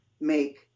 make